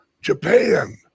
Japan